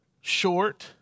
short